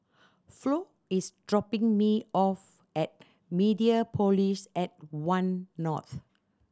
Flo is dropping me off at Mediapolis at One North